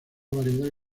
variedad